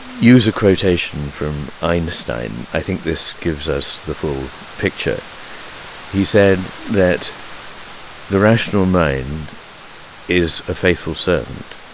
use a quotation from einstein, i think this gives us the full picture he said that the rational mind is a faithful servant.